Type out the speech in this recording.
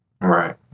Right